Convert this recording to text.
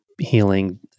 healing